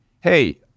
Hey